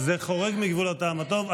זה חורג מגבול הטעם הטוב.